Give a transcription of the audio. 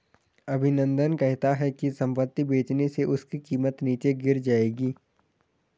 अभिनंदन कहता है कि संपत्ति बेचने से उसकी कीमत नीचे गिर जाएगी